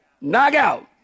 Knockout